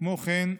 כמו כן,